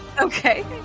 okay